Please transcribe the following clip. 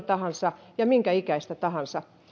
tahansa ja minkä ikäistä tahansa milloin tahansa